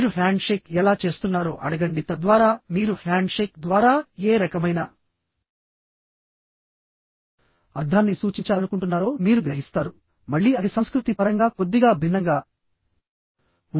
మీరు హ్యాండ్షేక్ ఎలా చేస్తున్నారో అడగండి తద్వారా మీరు హ్యాండ్షేక్ ద్వారా ఏ రకమైన అర్ధాన్ని సూచించాలనుకుంటున్నారో మీరు గ్రహిస్తారు మళ్ళీ అది సంస్కృతి పరంగా కొద్దిగా భిన్నంగా ఉంటుంది